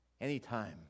anytime